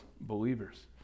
believers